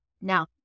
Now